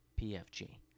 PFG